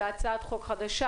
בהצעת חוק חדשה,